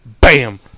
bam